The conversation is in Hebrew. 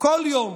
בכל יום